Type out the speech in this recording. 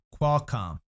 Qualcomm